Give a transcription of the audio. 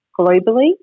globally